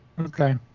okay